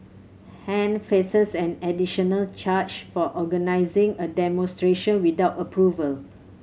Han faces an additional charge for organizing a demonstration without approval